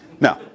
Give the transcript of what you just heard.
No